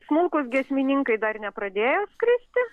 smulkūs giesmininkai dar nepradėjo skristi